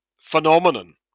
phenomenon